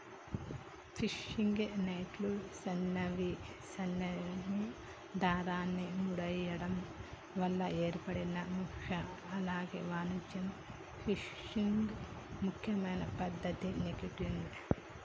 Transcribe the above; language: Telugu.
ఫిషింగ్ నెట్లు సన్నని దారాన్ని ముడేయడం వల్ల ఏర్పడిన మెష్లు అలాగే వాణిజ్య ఫిషింగ్ ముఖ్యమైన పద్దతి నెట్టింగ్